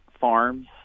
farms